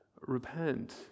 Repent